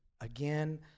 again